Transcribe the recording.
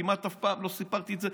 כמעט אף פעם לא סיפרתי את זה,